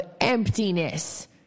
emptiness